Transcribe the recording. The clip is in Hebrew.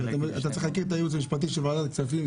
אתה צריך להכיר את הייעוץ המשפטי של ועדת הכספים,